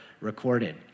recorded